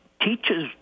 teaches